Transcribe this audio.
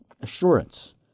assurance